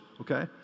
okay